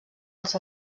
als